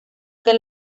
que